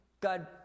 God